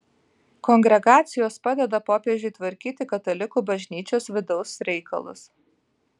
kongregacijos padeda popiežiui tvarkyti katalikų bažnyčios vidaus reikalus